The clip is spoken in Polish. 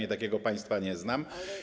Ja takiego państwa nie znam.